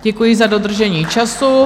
Děkuji za dodržení času.